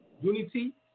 Unity